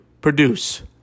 produce